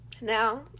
now